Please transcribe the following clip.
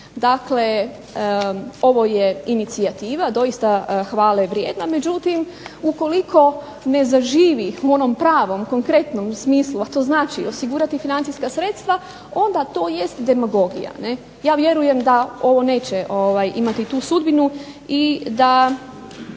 dakle ovo je inicijativa doista hvale vrijedna. Međutim, ukoliko ne zaživi u onom pravom, konkretnom smislu, a to znači osigurati financijska sredstva onda to jest demagogija. Ne? Ja vjerujem da ovo neće imati tu sudbinu i da